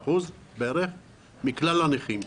53% מכלל הנכים.